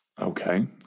Okay